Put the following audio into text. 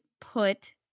put